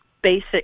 basic